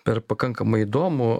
per pakankamai įdomų